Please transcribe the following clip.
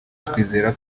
twizera